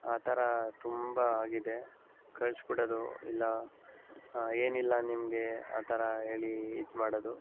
ಆ ಥರ ತುಂಬ ಆಗಿದೆ ಕಳಿಸಿಬಿಡೋದು ಇಲ್ಲ ಏನಿಲ್ಲ ನಿಮಗೆ ಆ ಥರ ಹೇಳಿ ಇದು ಮಾಡೋದು